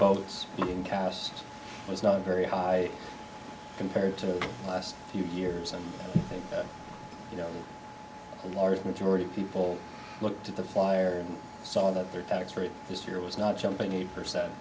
votes being cast was not very high compared to the last few years and you know the large majority of people looked at the fire and saw that their tax rate this year was not jumping eight percent